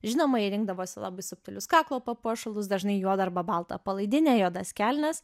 žinoma ji rinkdavosi labai subtilius kaklo papuošalus dažnai juodą arba baltą palaidinę juodas kelnes